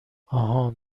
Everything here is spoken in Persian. آهان